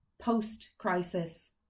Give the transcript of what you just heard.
post-crisis